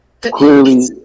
Clearly